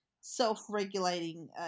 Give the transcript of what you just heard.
self-regulating